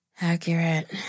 Accurate